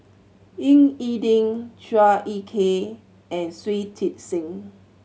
Ying E Ding Chua Ek Kay and Shui Tit Sing